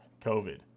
covid